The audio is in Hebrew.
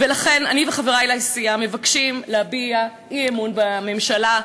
ולכן אני וחברי לסיעה מבקשים להביע אי-אמון בממשלה,